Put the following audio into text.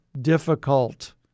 difficult